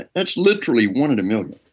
and that's literally one in a million.